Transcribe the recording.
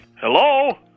Hello